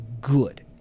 good